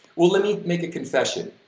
well, let me make a confession,